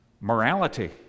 morality